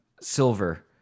silver